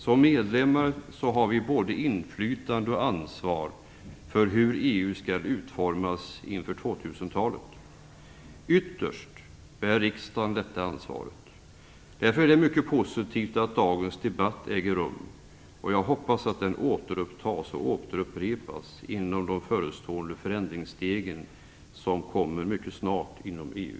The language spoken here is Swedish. Som medlem har vi både inflytande och ansvar för hur EU skall utformas inför 2000-talet. Ytterst bär riksdagen detta ansvar. Därför är det mycket positivt att dagens debatt äger rum, och jag hoppas att den återupptas och återupprepas inför de förestående förändringsstegen som kommer att ske mycket snart inom EU.